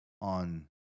on